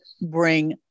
bring